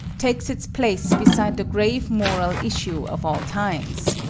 takes its place beside the grave moral issues of all times.